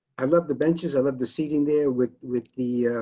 i love the benches. i love the seating there with with the